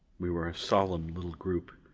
we were a solemn little group,